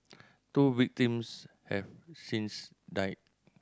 two victims have since died